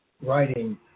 writing